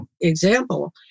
example